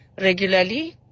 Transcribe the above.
regularly